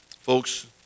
Folks